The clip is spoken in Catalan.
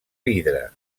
vidre